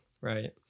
right